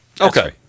Okay